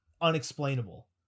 unexplainable